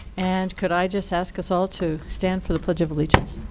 and could i just ask us all to stand for the pledge of allegiance?